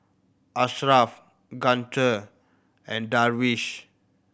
Ashraff Guntur and Darwish